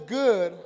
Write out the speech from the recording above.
good